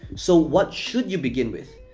so, what should you begin with?